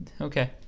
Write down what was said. Okay